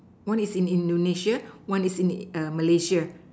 one is in Indonesia one is in Malaysia